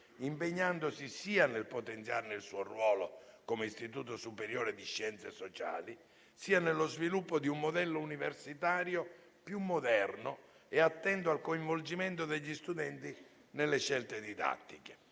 impegnandosi sia nel potenziarne il suo ruolo come istituto superiore di scienze sociali, sia nello sviluppo di un modello universitario più moderno e attento al coinvolgimento degli studenti nelle scelte didattiche.